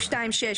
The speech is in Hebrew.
התש"ך-1960,